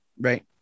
right